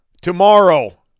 Tomorrow